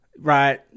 Right